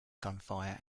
gunfire